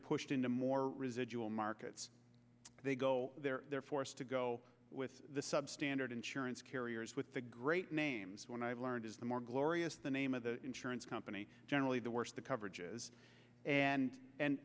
pushed into more residual markets they go there they're forced to go with the substandard insurance carriers with the great names when i have learned is the more glorious the name of the insurance company generally the worse the coverage